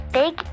big